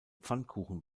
pfannkuchen